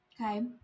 Okay